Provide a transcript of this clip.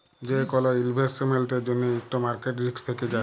যে কল ইলভেস্টমেল্টের জ্যনহে ইকট মার্কেট রিস্ক থ্যাকে যায়